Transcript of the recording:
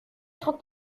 trente